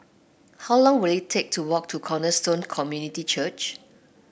how long will it take to walk to Cornerstone Community Church